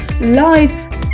live